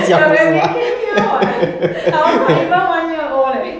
ya when we came here [what] I was not even one years old leh